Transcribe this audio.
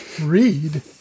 read